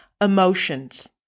emotions